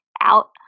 out